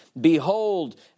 behold